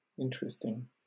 Interesting